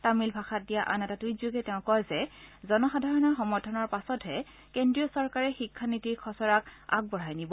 তামিল ভাষাত দিয়া আন এটা টুইটযোগে তেওঁ কয় যে জনসাধাৰণৰ সমৰ্থনৰ পাছতহে কেন্দ্ৰীয় চৰকাৰে শিক্ষানীতিৰ খচৰাক আগবঢ়াই নিব